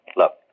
look